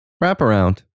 wraparound